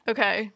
Okay